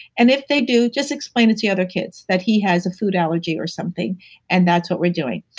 and if they do, just explain it to the other kids that he has a food allergy or something and that's what we're doing.